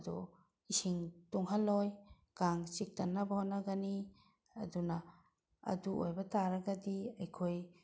ꯑꯗꯨ ꯏꯁꯤꯡ ꯇꯨꯡꯍꯜꯂꯣꯏ ꯀꯥꯡ ꯆꯤꯛꯇꯅꯕ ꯍꯣꯠꯅꯒꯅꯤ ꯑꯗꯨꯅ ꯑꯗꯨ ꯑꯣꯏꯕ ꯇꯥꯔꯒꯗꯤ ꯑꯩꯈꯣꯏ